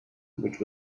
which